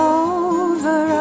over